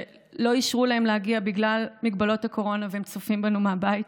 שלא אישרו להם להגיע בגלל הגבלות הקורונה והם צופים בנו מהבית.